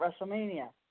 WrestleMania